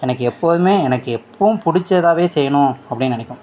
எனக்கு எப்போதும் எனக்கு எப்பவும் பிடிச்சதாவே செய்யணும் அப்படின்னு நினைக்கும்